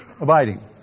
Abiding